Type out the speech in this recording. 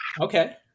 okay